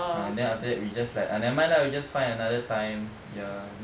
ah then after that we just like ah nevermind lah we just find another time ya